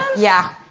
yeah,